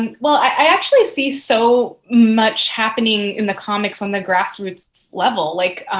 like well, i actually see so much happening in the comics on the grass-roots level. like